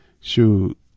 shoot